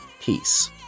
Peace